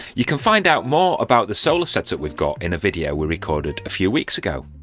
you can find out more about the solar setup we've got in a video we recorded a few weeks ago.